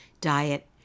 diet